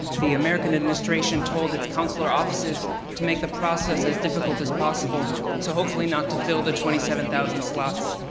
the american administration told it's councilar offices to make the process as difficult as possible so hopefully not to fill the twenty seven thousand slots.